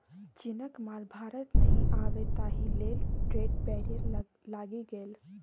चीनक माल भारत नहि आबय ताहि लेल ट्रेड बैरियर लागि गेल